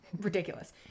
ridiculous